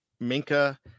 Minka